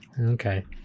Okay